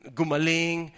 gumaling